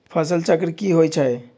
फसल चक्र की होई छै?